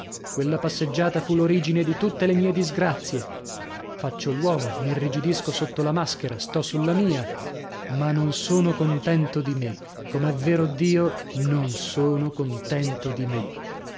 quella passeggiata fu l'origine di tutte le mie disgrazie faccio l'uomo m'irrigidisco sotto la maschera sto sulla mia ma non sono contento di me com'è vero dio non sono contento di me